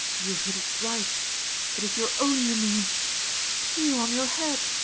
you hit it right it is your own you mean feel on your head.